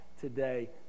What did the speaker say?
today